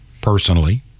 personally